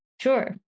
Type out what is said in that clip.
Sure